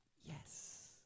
Yes